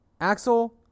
Axel